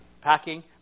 Packing